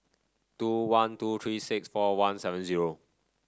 two one two three six four one seven zero